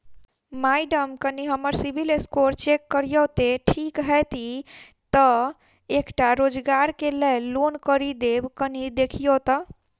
Madam कनि हम्मर CIBIL score check करियो तेँ ठीक हएत ई तऽ एकटा रोजगार केँ लैल लोन करि देब कनि देखीओत?